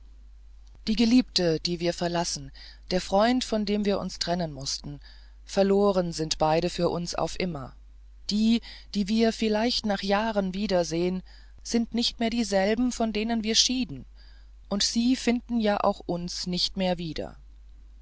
die geliebte die wir verlassen der freund von dem wir uns trennen mußten verloren sind beide für uns auf immer die die wir vielleicht nach jahren wiedersehen sind nicht mehr dieselben von denen wir schieden und sie finden ja auch uns nicht mehr wieder